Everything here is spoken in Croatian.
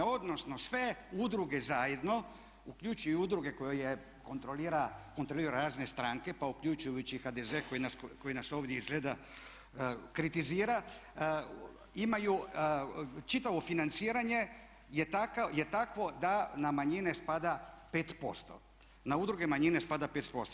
Odnosno sve udruge zajedno uključujući i udruge koje kontroliraju razne stranke, pa uključujući i HDZ koji nas ovdje izgleda kritizira imaju, čitavo financiranje je takvo da na manjine spada 5%, na udruge manjine spada 5%